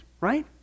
right